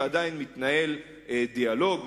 ועדיין מתנהל דיאלוג,